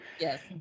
yes